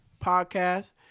Podcast